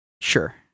sure